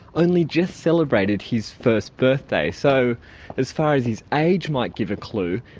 only just celebrated his first birthday, so as far as his age might give a clue,